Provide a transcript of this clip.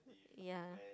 ya